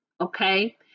okay